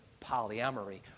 polyamory